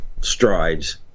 strides